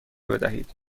بدهید